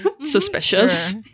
Suspicious